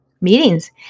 meetings